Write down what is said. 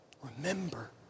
remember